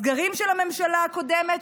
הסגרים של הממשלה הקודמת,